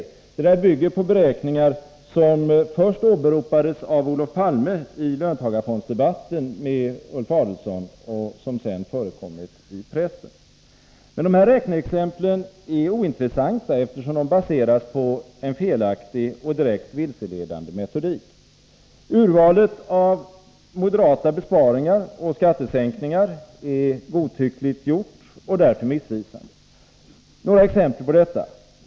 Det resonemanget bygger på beräkningar som först åberopades av Olof Palme i löntagarfondsdebatten med Ulf Adelsohn och som sedan förekommit i pressen. Dessa räkneexempel är emellertid ointressanta, eftersom de baseras på en felaktig och direkt vilseledande metodik. Urvalet av moderata besparingar och skattesänkningar är godtyckligt gjort och därför missvisande. Jag skall ge några exempel på detta.